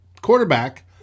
quarterback